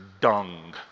dung